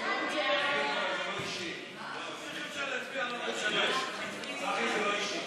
הממשלה על שינוי בחלוקת התפקידים בממשלה